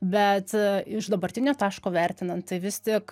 bet a iš dabartinio taško vertinant tai vis tik